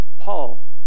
Paul